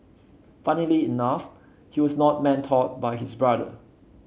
funnily enough he was not mentored by his brother